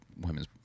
women's